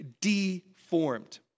deformed